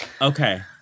Okay